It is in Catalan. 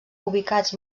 ubicats